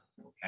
okay